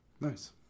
Nice